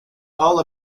all